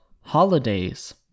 holidays